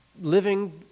living